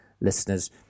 listeners